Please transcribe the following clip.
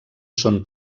són